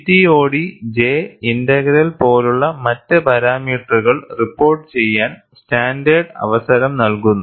CTOD J integral പോലുള്ള മറ്റ് പാരാമീറ്ററുകൾ റിപ്പോർട്ടു ചെയ്യാൻ സ്റ്റാൻഡേർഡ് അവസരം നൽകുന്നു